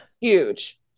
Huge